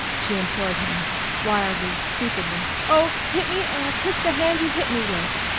she implored him wildly, stupidly. oh, hit me, and i'll kiss the hand you hit me with!